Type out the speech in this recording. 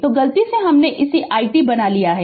तो गलती से हमने इसे i t बना लिया है